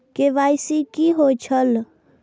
KYC कि होई छल?